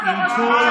כל השנים,